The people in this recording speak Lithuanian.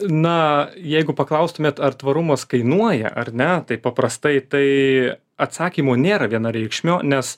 na jeigu paklaustumėt ar tvarumas kainuoja ar ne taip paprastai tai atsakymo nėra vienareikšmio nes